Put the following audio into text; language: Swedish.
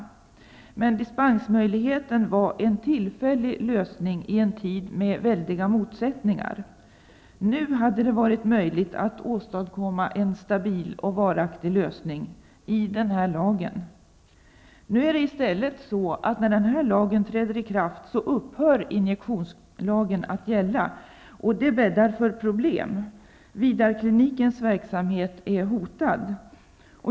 Dispensmöjligheten var en tillfällig lösning i en tid med väldiga motsättningar. Nu hade det varit möjligt att åstadkomma en stabil och varaktig lösning i denna lag. Nu är det i stället så, att när denna lag träder i kraft upphör injektionslagen att gälla. Det bäddar för problem. Vidarklinikens verksamhet är hotad.